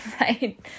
right